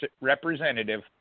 representative